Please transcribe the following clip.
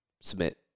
submit